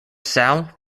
sal